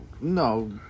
No